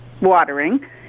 watering